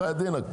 בחייאת דינק,